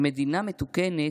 במדינה מתוקנת,